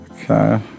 Okay